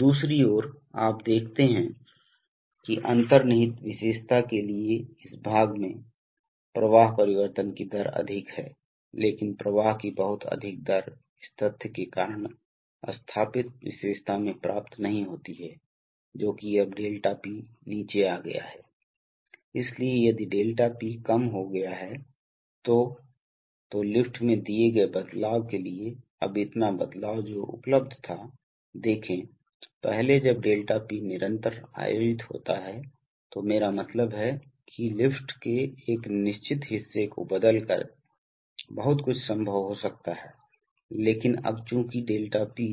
दूसरी ओर आप देखते हैं कि अंतर्निहित विशेषता के लिए इस भाग में प्रवाह परिवर्तन की दर अधिक है लेकिन प्रवाह की बहुत अधिक दर इस तथ्य के कारण स्थापित विशेषता में प्राप्त नहीं होती है जोकि अब 𝛿P नीचे आ गया है इसलिए यदि 𝛿P कम हो गया है तो तो लिफ्ट में दिए गए बदलाव के लिए अब इतना बदलाव जो उपलब्ध था देखें पहले जब 𝛿P निरंतर आयोजित होता है तो मेरा मतलब है कि लिफ्ट के एक निश्चित हिस्से को बदलकर बहुत कुछ संभव हो सकता है लेकिन अब चूंकि 𝛿P